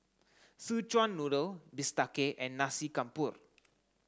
Szechuan noodle Bistake and Nasi Campur